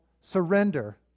surrender